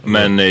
Men